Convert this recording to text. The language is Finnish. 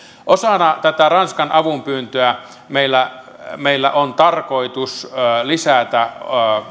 osana tätä ranskan avunpyyntöä meillä meillä on tarkoitus lisätä